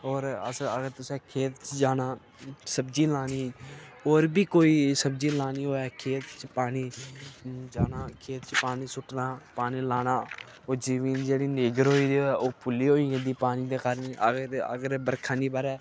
होर अस अगर तुसें खेत च जाना सब्ज़ी लानी होर बी कोई सब्ज़ी लानी होऐ खेत च पानी जाना खेत च पानी सुट्टना पानी लाना ओह् जिमीं जेह्ड़ी निग्गर होई दी होऐ ओह् पुल्ली होई जंदी पानी दे कारण अगर अगर बरखा नी ब'रै